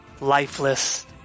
lifeless